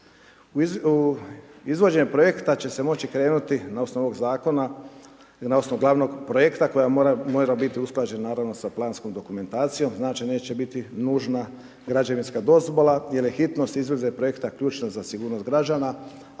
U izvođenje projekta će se moći krenuti na osnovu ovog zakona, na osnovu glavnog projekta koji mora biti usklađen, naravno, sa planskom dokumentacijom, znači, neće biti nužna građevinska dozvola jer je hitnost izvođenja projekta ključna za sigurnost građana,